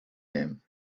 him